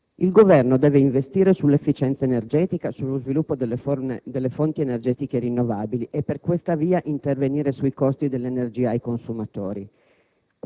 Il Governo deve investire sull'efficienza energetica, sullo sviluppo delle fonti energetiche rinnovabili e per questa via intervenire sui costi dell'energia ai consumatori.